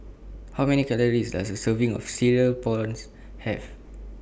How Many Calories Does A Serving of Cereal Prawns Have